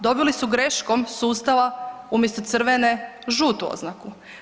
Dobili su greškom sustava umjesto crvene, žutu oznaku.